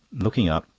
looking up,